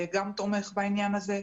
גם תומך בעניין הזה.